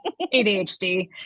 ADHD